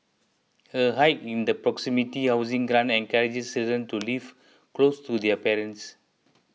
a hike in the proximity housing grant encourages children to live close to their parents